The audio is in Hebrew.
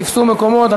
תפסו מקומות,